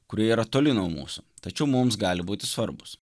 kurie yra toli nuo mūsų tačiau mums gali būti svarbūs